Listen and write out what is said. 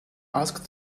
asked